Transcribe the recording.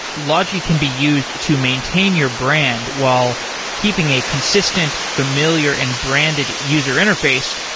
logi can be used to maintain your brand while keeping a consistent, familiar and branded user interface,